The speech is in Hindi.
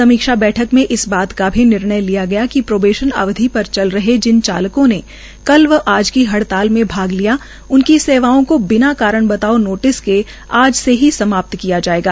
समीक्षा बैठक में इस बात का भी निर्णय लिया गया कि प्रोबेशन अवधि पर चल रहे जिन चालकों ने कल व आज की हड़ताल में भाग लिया उनकी सेवाओं को बिना कारण बताओ नोटिस के आज से ही समाप्त किया जाएगा